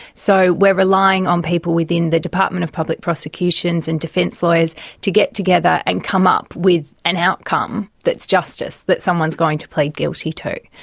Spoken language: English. so, we're relying on people within the department of public prosecutions and defence lawyers to get together and come up with an outcome that's justice, that someone's going to plead guilty to.